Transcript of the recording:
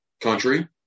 country